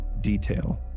detail